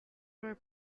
were